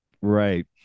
Right